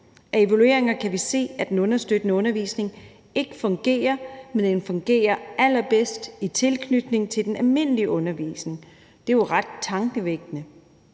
Af evalueringer kan vi se, at den understøttende undervisning ikke fungerer. Men den fungerer allerbedst i tilknytning til den almindelige undervisning. Det er jo ret tankevækkende.